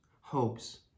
hopes